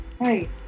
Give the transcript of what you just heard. hey